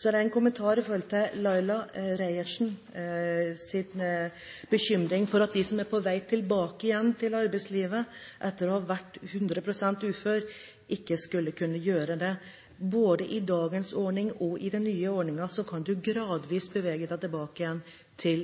Så har jeg en kommentar til Laila Marie Reiertsens bekymring for at de som er på vei tilbake igjen til arbeidslivet etter å ha vært 100 pst. ufør, ikke skulle kunne gjøre det. Både i dagens ordning og i den nye ordningen kan en gradvis bevege seg tilbake igjen til